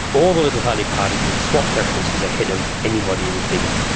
all the little tiny parties would swap preferences ahead of anybody who was bigger.